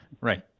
right